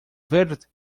verde